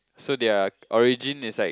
so their origin is like